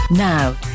Now